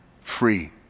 free